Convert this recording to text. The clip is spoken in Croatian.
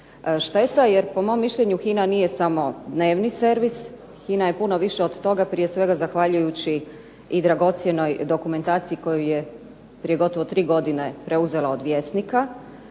Šteta jer po mom mišljenju HINA nije samo dnevni servis, HINA je puno više od toga, prije svega zahvaljujući i dragocjenoj dokumentaciji koju je prije gotovo 3 godine preuzela od Vjesnika,